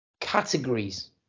categories